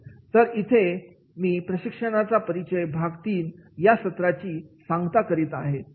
तर इथे मी प्रशिक्षणाचा परिचय भाग तीन या सत्राची सांगता करीत आहे